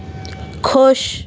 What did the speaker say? खुश